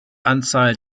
anzahl